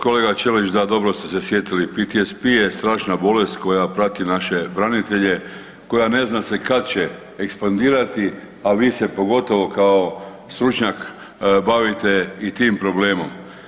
Kolega Ćelić, da dobro ste se sjetili PTSP je strašna bolest koja prati naše branitelje koja ne zna se kad će ekspandirati, a vi se pogotovo kao stručnjak bavite i tim problemom.